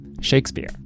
Shakespeare